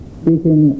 speaking